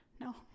No